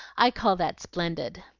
i call that splendid!